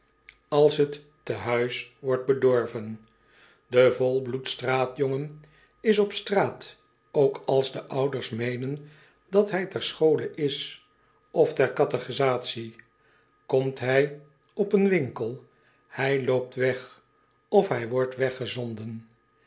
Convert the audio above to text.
en potlood eel tehuis wordt bedorven de volbloed straatjongen is op straat ook als de ouders meenen dat hij ter schole is of ter catechisatie komt hij op een winkel hij loopt weg of hij wordt